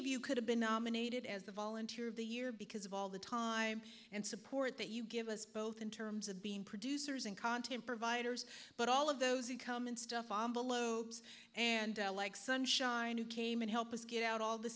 of you could have been nominated as the volunteer of the year because of all the time and support that you give us both in terms of being producers and content providers but all of those incumbents to the lobes and like sunshine who came and helped us get out all the